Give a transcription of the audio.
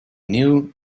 knew